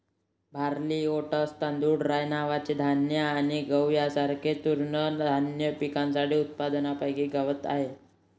barley, oats, तांदूळ, rye नावाचे धान्य आणि गहू यांसारख्या तृणधान्य पिकांच्या उत्पादनापैकी गवत आहे